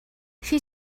she